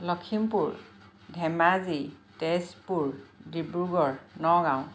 Lakhimpur Dhemaji Tezpur Dibrugarh Nagaon